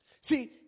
See